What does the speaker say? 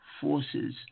forces